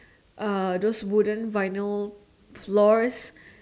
uh those wooden vinyl floors